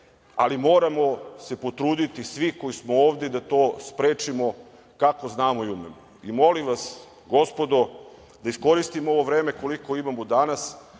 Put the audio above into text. ali moramo se potruditi svi koji smo ovde da to sprečimo kako znamo i umemo. Molim vas, gospodo, da iskoristim ovo vreme koliko imamo danas,